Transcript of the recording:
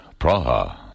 Praha